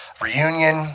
reunion